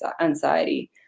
anxiety